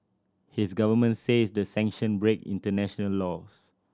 his government says the sanction break international laws